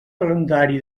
calendari